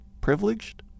privileged